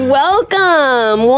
welcome